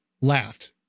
laughed